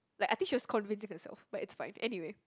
like I think she was convincing herself but it's fine anyway